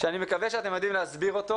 ואני מקווה שאתם יודעים להסביר אותו.